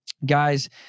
Guys